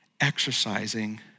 exercising